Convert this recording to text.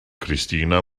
christina